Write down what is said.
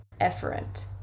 efferent